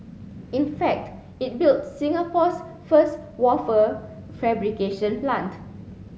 in fact it built Singapore's first wafer fabrication plant